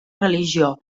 religió